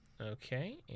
Okay